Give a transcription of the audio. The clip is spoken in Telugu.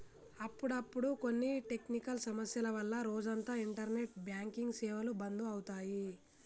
అప్పుడప్పుడు కొన్ని టెక్నికల్ సమస్యల వల్ల రోజంతా ఇంటర్నెట్ బ్యాంకింగ్ సేవలు బంధు అవుతాయి